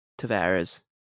Tavares